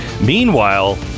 meanwhile